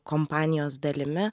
kompanijos dalimi